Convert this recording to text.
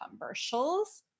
commercials